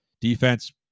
Defense